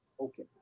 Okay